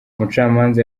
umucamanza